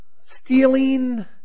stealing